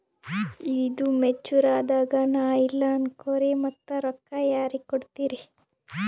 ಈದು ಮೆಚುರ್ ಅದಾಗ ನಾ ಇಲ್ಲ ಅನಕೊರಿ ಮತ್ತ ರೊಕ್ಕ ಯಾರಿಗ ಕೊಡತಿರಿ?